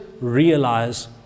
realize